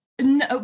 No